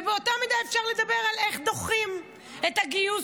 ובאותה מידה אפשר לדבר על איך דוחים את הגיוס